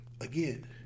again